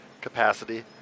capacity